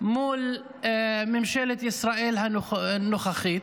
מול ממשלת ישראל הנוכחית.